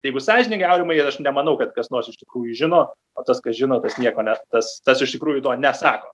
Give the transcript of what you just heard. jeigu sąžiningai aurimai aš nemanau kad kas nors iš tikrųjų žino o tas kas žino kas nieko ne tas tas iš tikrųjų to nesako